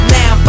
now